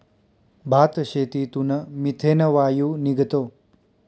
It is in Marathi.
भातशेतीतून मिथेन वायू निघतो